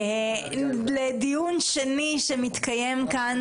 לדיון שני שמתקיים כאן